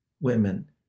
women